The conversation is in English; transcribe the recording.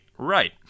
Right